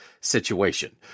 situation